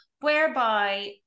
whereby